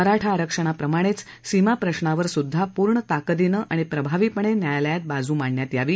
मराठा आरक्षणाप्रमाणेच सीमा प्रश्रांवर सुद्धा पूर्ण ताकदीने आणि प्रभावीपणे न्यायालयात बाजू मांडण्यात यावी